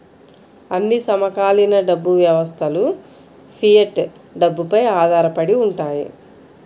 అన్ని సమకాలీన డబ్బు వ్యవస్థలుఫియట్ డబ్బుపై ఆధారపడి ఉంటాయి